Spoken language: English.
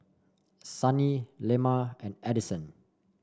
Sunny Lemma and Addyson